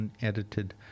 unedited